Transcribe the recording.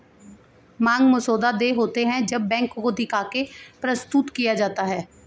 मांग मसौदा देय होते हैं जब बैंक को दिखा के प्रस्तुत किया जाता है